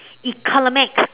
economics